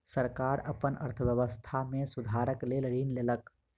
सरकार अपन अर्थव्यवस्था में सुधारक लेल ऋण लेलक